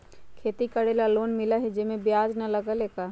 खेती करे ला लोन मिलहई जे में ब्याज न लगेला का?